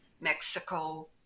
Mexico